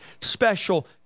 special